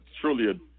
truly